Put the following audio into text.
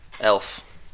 Elf